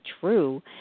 true